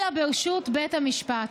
אלא ברשות בית המשפט.